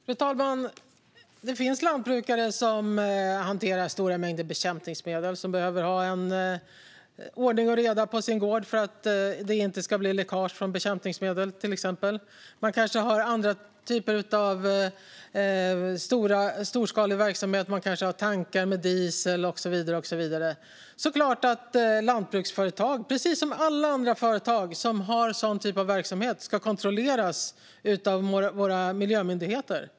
Fru talman! Det finns lantbrukare som hanterar stora mängder bekämpningsmedel. De behöver ha ordning och reda på sin gård för att det inte ska bli läckage. Man kanske har annan storskalig verksamhet; man kanske har tankar med diesel och så vidare. Det är klart att lantbruksföretag precis som alla andra företag som har sådan verksamhet ska kontrolleras av våra miljömyndigheter.